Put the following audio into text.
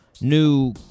new